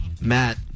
Matt